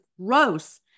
gross